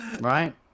Right